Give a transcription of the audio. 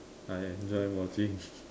I enjoy watching